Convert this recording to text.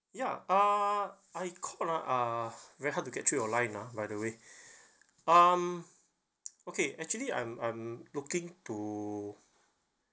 ya uh I called ah uh very hard to get through your line ah by the way um okay actually I'm I'm looking to